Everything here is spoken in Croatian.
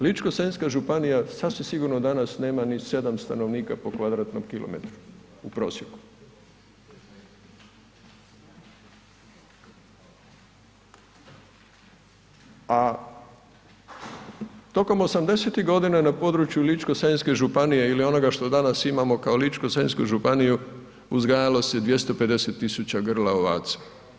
Ličko-senjska županija sasvim sigurno danas nema ni 7 stanovnika po kvadratnom kilometru u prosjeku, a tokom 80-tih godina na području Ličko-senjske županije ili onoga što danas imamo kao Ličko-senjsku županiju uzgajalo se 250 tisuća grla ovaca.